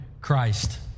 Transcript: Christ